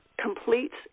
completes